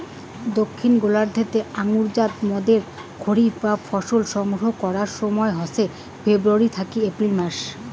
দক্ষিন গোলার্ধ তে আঙুরজাত মদের খরিফ বা ফসল সংগ্রহ করার সময় হসে ফেব্রুয়ারী থাকি এপ্রিল মাস